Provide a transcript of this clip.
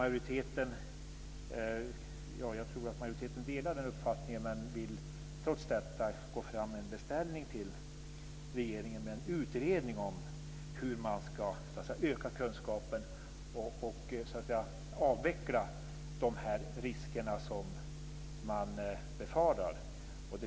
Jag tror att majoriteten delar den uppfattningen, men man vill trots detta gå fram med en beställning till regeringen om en utredning om hur man ska öka kunskapen och avveckla de risker som man befarar.